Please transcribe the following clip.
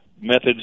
Methods